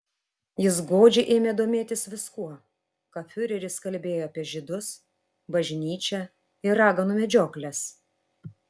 jis godžiai ėmė domėtis viskuo ką fiureris kalbėjo apie žydus bažnyčią ir raganų medžiokles